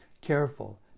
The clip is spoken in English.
careful